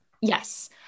Yes